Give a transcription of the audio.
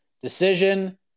Decision